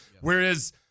Whereas